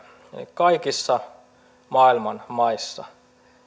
kaikissa maailman maissa